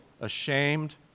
ashamed